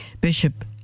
Bishop